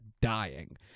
dying